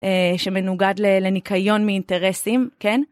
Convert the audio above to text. שמנוגד לניקיון מאינטרסים, כן?